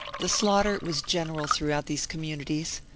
the slaughter was general throughout these communities,